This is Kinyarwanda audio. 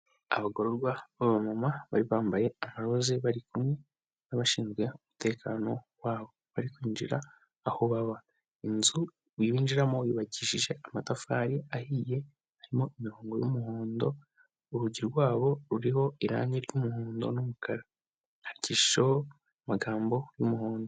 Abagororwa b'abamama bari bambaye irose bari kumwe nabashinzwe umutekano wabo, bari kwinjira aho baba, inzu binjiramo yubakishije amatafari ahiye, harimo imirongo y'umuhondo urugi rwabo ruriho irangi ry'umuhondo n'umukara, handikishijeho amagambo y'umuhondo.